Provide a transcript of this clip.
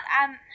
I'm-